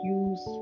use